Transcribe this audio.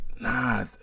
nah